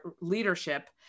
leadership